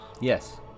Yes